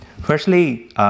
Firstly